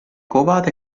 covata